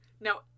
Now